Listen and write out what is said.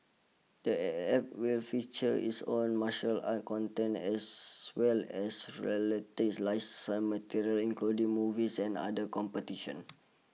the App will feature its own martial arts content as well as related licensed material including movies and other competitions